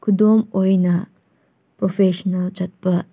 ꯈꯨꯗꯝ ꯑꯣꯏꯅ ꯄ꯭ꯔꯣꯐꯦꯁꯟꯅꯦꯜ ꯆꯠꯄ